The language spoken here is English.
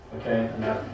okay